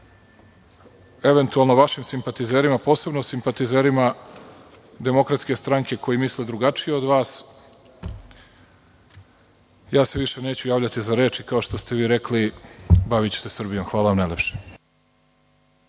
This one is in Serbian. eventualno vašim simpatizerima, posebno simpatizerima DS koji misle drugačije od vas, više se neću javljati za reč, kao što ste vi rekli, baviću se Srbijom. Hvala najlepše.